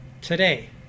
today